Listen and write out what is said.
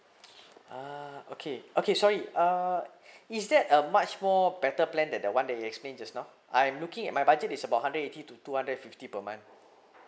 uh okay okay sorry uh is that a much more better plan than that one you explained just now I'm looking at my budget is about hundred eighty to two hundred fifty per month